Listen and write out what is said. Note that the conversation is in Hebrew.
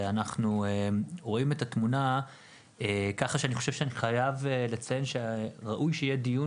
ואנחנו רואים את התמונה ככה שראוי שיהיה דיון,